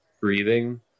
breathing